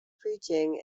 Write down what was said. preaching